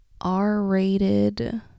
R-rated